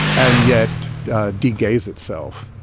and yet deejay's itself,